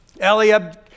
Eliab